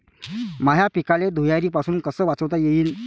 माह्या पिकाले धुयारीपासुन कस वाचवता येईन?